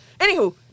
Anywho